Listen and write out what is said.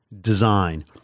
design